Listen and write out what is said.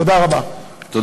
תודה רבה.